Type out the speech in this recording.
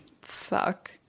Fuck